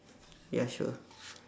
yeah sure